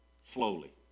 slowly